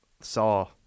Saw